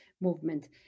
movement